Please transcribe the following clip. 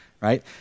right